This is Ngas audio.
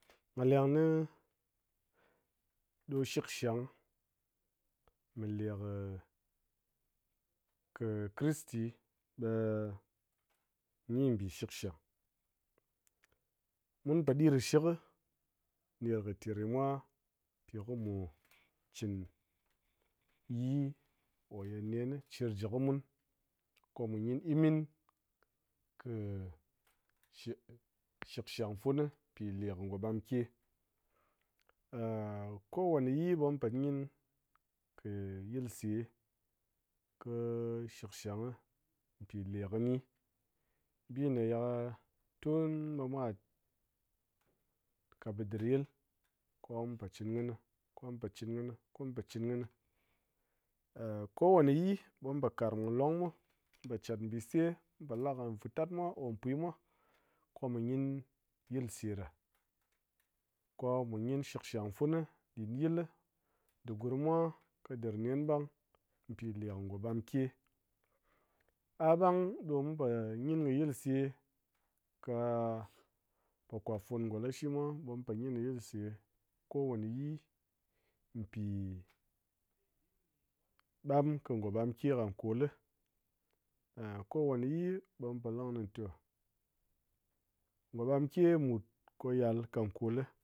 nga leng gyi ɗo shikshang mi le kɨ-kɨ kristi ɓe-gyi bi shikshang. Mun po ɗir kɨ shik kɨ ner kɨ ter gyi mwa pi kɨ mu chin yii ko ye nen cir ji kɨ mun ko mu gyin imin kɨ-kɨ shikshang funu pi le kɨ ngo ɓamke. kowene yii ɓe mun po gyin kɨ- yilse ko shikshang gyi pi le kini, bi meye tun ɓe mwa kat bidir yil ko mu po chin kini, ko mu po chin kini, ko mu po chin kini, ko wane yi ɓe mu po grang kɨ long mwa, mun po chat mbise, mu po la kɨ vitat mwa ko pwi mwa ko mu gyin yilse ɗa, ko mu gyin shikshang fun ɗin yil di grum mwa kɨ ɗir nen ɓang pi le kɨ ngo ɓamke. A ɓang ɗo mu po gyin kɨ yilse ka̱-a pokop fun ngo lashi mwa ɓe mun po ngin kɨ yilse kowane yii pi-i ɓam kɨ ngo ɓam ke kɨ kol li, kowane yii ɓe mu po li kini te- ngo ɓam ke mut ko yal ƙe kol li